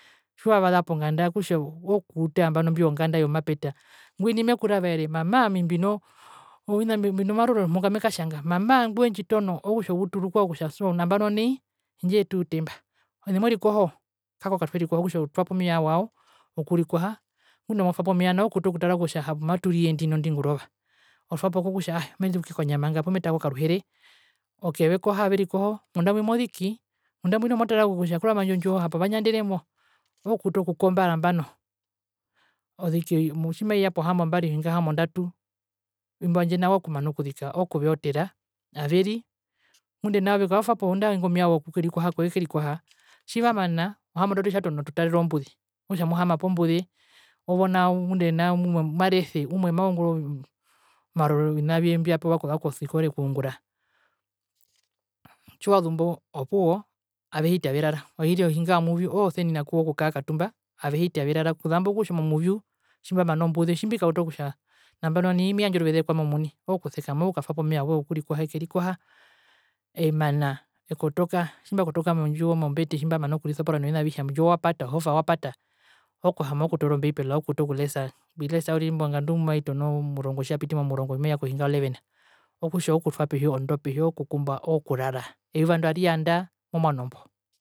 Tjiwavaza ponganda okutja ooku uta nambano imbyo vyonganda vyomapeta. Ngwina mekuravaere mamaa mbina omarorero muhuka mekatjanga, mamaa ingwi wendjitono, okutja outu rukwao okutja soh, nambano nai indjee tuute mba, ene mwerikoho? Kako katwerikoha, okutja otwapo omeva wawo wokurikoha, ngunda amotwapo omeva nao, ookuuta okutara kutja hapo maturiye ndinondi ngurova. Otwapo kokutja, aee, meziki okanjama nga poo metaka okaruhere, okevekoha, averikoho, mundamwi moziki, mondambwi motara kutja kurama, indjo ndjiwo hapo vanjanderemo, ooku uta okukmba nambano. Oziki, tjimaiya pohambombar ohinga yohambondatu, imbo nao tjandje ookumana okuzika oo kuvewotera, averi, ngunda nao ove koyatwapo andae ingomeva wokukerikoha koyekerikoha. Tjivamana, ohambondatu tjiyatono atutarere ombuze. Okutja amuhaama pombuze, owo nao ngunda umwe marese, umwe maungura omarorero, ovina vye mbyapewa okuza kosikore okuungura. Tjiwazumbo opuwo avehiti averara. Oiri ohinga yomuvyu oo senina kuwo okukara katumba, avehiti averara. Kuzambo okutja momuvyu tjimbamana ombuze otjimbikauta okutja nambano nai meyandja oruveze kwami omwini. Ookusekama ookukatwapo omeva woye wokurikoha, ekerikoha, emana, ekotoka. Tjimbakotoka, mondjiwo mombete tjimbamana okurisopora novina avihe, ondjiwo wapata, ohofa wapata, ookuhaama, ookutoora o mbeipela ookuuta okulesa. Mbilesa uriri mbo ngandu tjimaitono omurongo, tjiyapiti momurongo tjimaiya kohinga yo levena, okutja ookutwa pehi ondo pehi, ookukumba, ookurara. Eyuvando ariyanda momwano mbo.